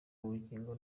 bugingo